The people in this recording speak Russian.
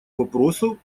вопросу